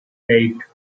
eight